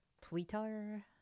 Twitter